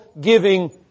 giving